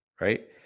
right